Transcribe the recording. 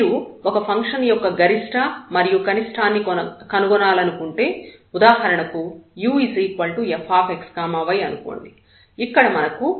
మీరు ఒక ఫంక్షన్ యొక్క గరిష్ట మరియు కనిష్ఠాన్ని కనుగొనాలనుకుంటే ఉదాహరణకు ufxy అనుకోండి ఇక్కడ మనకు xy0 అనే కండిషన్ ఉంది